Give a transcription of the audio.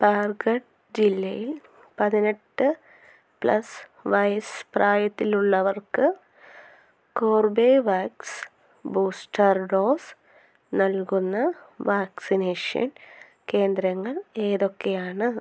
ബാർഗഢ് ജില്ലയിൽ പതിനെട്ട് പ്ലസ് വയസ്സ് പ്രായത്തിലുള്ളവർക്ക് കോർബെവാക്സ് ബൂസ്റ്റർ ഡോസ് നൽകുന്ന വാക്സിനേഷൻ കേന്ദ്രങ്ങൾ ഏതൊക്കെയാണ്